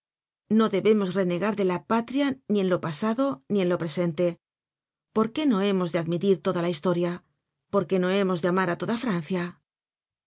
no debemos renegar de la patria ni en lo pasado ni en lo presente por qué no hemos de admitir toda la historia por qué no hemos de amar á toda francia